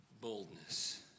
boldness